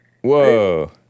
Whoa